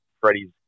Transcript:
Freddie's